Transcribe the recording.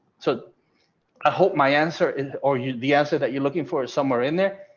so i hope my answer is or you the answer that you're looking for somewhere in there.